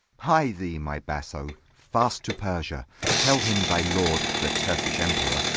hie thee, my basso, fast to persia tell him thy lord, the turkish emperor,